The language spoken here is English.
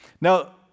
Now